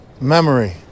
Memory